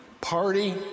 party